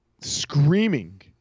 screaming